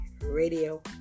Radio